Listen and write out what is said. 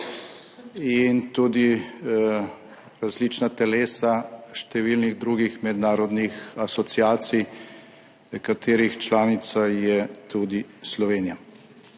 in tudi različna telesa številnih drugih mednarodnih asociacij, katerih članica je tudi Slovenija.